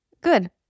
Good